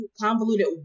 convoluted